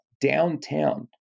downtown